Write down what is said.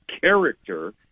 character